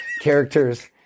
characters